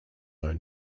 own